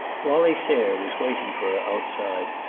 wallie sayre was waiting for her outside,